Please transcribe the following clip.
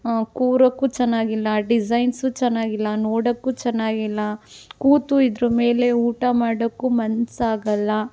ಕೂರೋಕ್ಕೂ ಚೆನ್ನಾಗಿಲ್ಲ ಡಿಸೈನ್ಸು ಚೆನ್ನಾಗಿಲ್ಲ ನೋಡೋಕ್ಕೂ ಚೆನ್ನಾಗಿಲ್ಲ ಕೂತು ಇದ್ರ ಮೇಲೆ ಊಟ ಮಾಡೋಕ್ಕೂ ಮನ್ಸಾಗೋಲ್ಲ